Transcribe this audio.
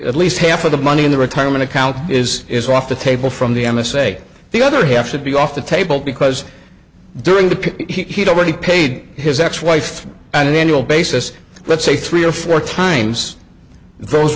at least half of the money in the retirement account is is off the table from the n s a the other half should be off the table because during the he'd already paid his ex wife from an annual basis let's say three or four times those